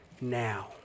now